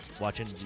watching